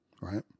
right